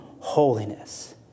holiness